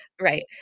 Right